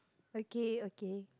okay okay